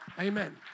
amen